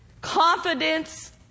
Confidence